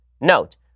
Note